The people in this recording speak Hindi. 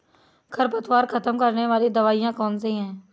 खरपतवार खत्म करने वाली दवाई कौन सी है?